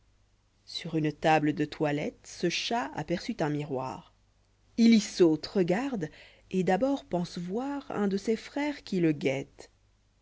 sur une table de toilette ce chat aperçut un miroir il y saute regarde et d'abord pense voir un de ses frères qui le guette